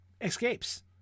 escapes